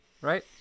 right